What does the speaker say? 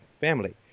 family